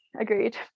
Agreed